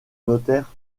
notaire